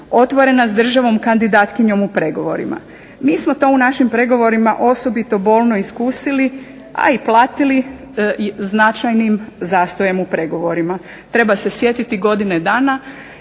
otvorena s državom kandidatkinjom u pregovorima. Mi smo to u našim pregovorima osobito bolno iskusili, a i platili značajnim zastojem u pregovorima. Treba se sjetiti godine dana